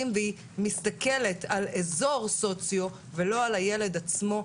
והיא מסתכלת על אזור סוציו ולא על הילד עצמו,